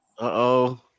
Uh-oh